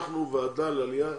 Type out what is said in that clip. אנחנו ועדה לעלייה,